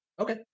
Okay